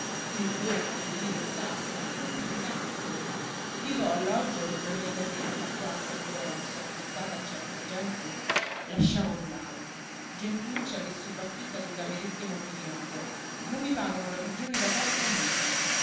e due o tre lire in tasca non piú di tanto gli do alloggio in una mia casetta qua a san lorenzo affittata a certa gente lasciamo andare gentuccia che subaffitta subaffitta due camerette mobiliate non mi pagano la pigione da quattro mesi